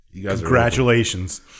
Congratulations